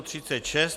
36.